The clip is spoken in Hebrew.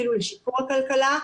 אפילו לשיפור הכלכלה.